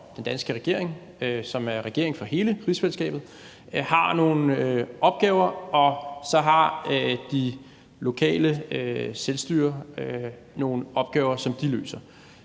den danske regering, som er regering for hele rigsfællesskabet, har nogle opgaver, og så har de lokale selvstyrer nogle opgaver, som de løser.